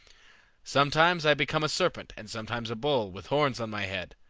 sometimes i become a serpent, and sometimes a bull, with horns on my head.